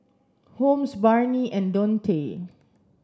Holmes Barnie and Dontae